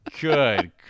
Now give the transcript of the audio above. Good